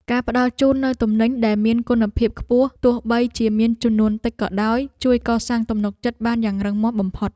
ការផ្ដល់ជូននូវទំនិញដែលមានគុណភាពខ្ពស់ទោះបីជាមានចំនួនតិចក៏ដោយ ជួយកសាងទំនុកចិត្តបានយ៉ាងរឹងមាំបំផុត។